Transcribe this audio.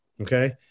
Okay